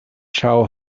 shall